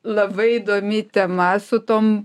labai įdomi tema su tom